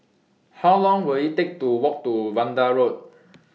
How Long Will IT Take to Walk to Vanda Road